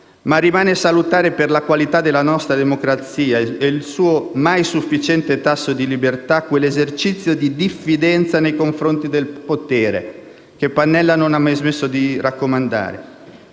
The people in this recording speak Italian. ma rimane salutare per la qualità della nostra democrazia e il suo mai sufficiente tasso di libertà quell'esercizio di diffidenza nei confronti del potere che Pannella non ha mai smesso di raccomandare.